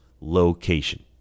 location